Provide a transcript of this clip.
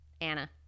Anna